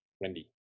Wendy